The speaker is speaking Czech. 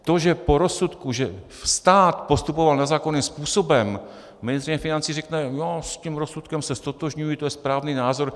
To, že po rozsudku, že stát postupoval nezákonným způsobem, ministryně financí řekne: No, s tím rozsudkem se ztotožňují, to je správný názor.